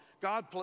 God